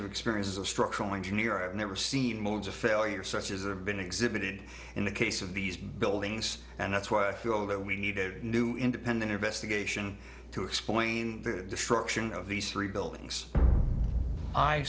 of experience as a structural engineer i've never seen modes of failure such as or been exhibited in the case of these buildings and that's why i feel that we need a new independent investigation to explain the destruction of these three buildings i